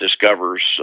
discovers